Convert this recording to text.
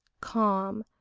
calm,